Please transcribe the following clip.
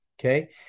okay